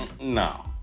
No